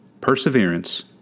perseverance